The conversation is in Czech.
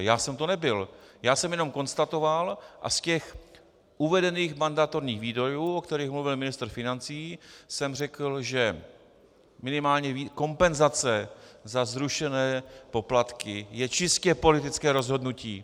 Já jsem to nebyl, já jsem jenom konstatoval a z těch uvedených mandatorních výdajů, o kterých mluvil ministr financí, jsem řekl, že minimálně kompenzace za zrušené poplatky je čistě politické rozhodnutí.